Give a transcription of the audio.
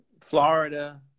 Florida